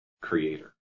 creator